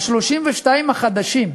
32 החדשים,